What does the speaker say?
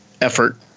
effort